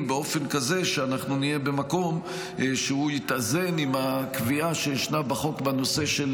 באופן כזה שנהיה במקום שהוא יתאזן עם הקביעה שישנה בחוק בנושא של